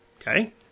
Okay